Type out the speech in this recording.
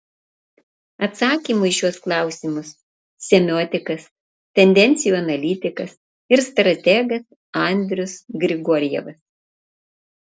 atsakymų į šiuos klausimus semiotikas tendencijų analitikas ir strategas andrius grigorjevas